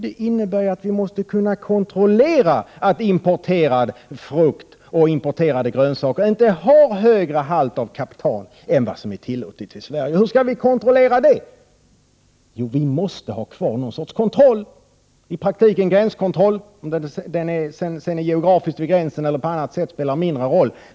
Det innebär att vi måste kunna kontrollera att importerad frukt och importerade grönsaker inte har högre halt av kaptan än vad som är tillåtet i Sverige. Hur skall vi kontrollera det? Jo, vi måste ha kvar någon sorts kontroll, i praktiken gränskontroll. Om den sedan ligger vid gränsen rent geografiskt spelar mindre roll.